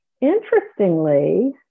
Interestingly